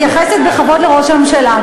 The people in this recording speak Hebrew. אני מתייחסת בכבוד לראש הממשלה,